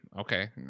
okay